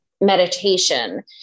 meditation